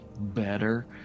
better